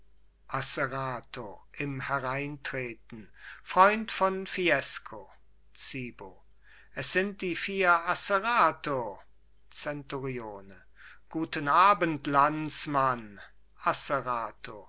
asserato im hereintreten freund von fiesco zibo es sind die vier asserato zenturione guten abend landsmann asserato